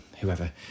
whoever